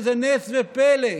שזה נס ופלא,